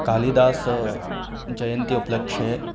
कालिदासः जयन्ती उपलक्ष्य